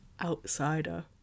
outsider